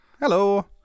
Hello